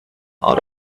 out